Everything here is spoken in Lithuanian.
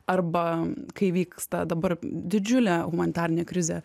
arba kai vyksta dabar didžiulė humanitarinė krizė